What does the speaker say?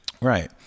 Right